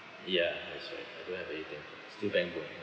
ya that's why I don't have a A_T_M card still bank book (uh huh)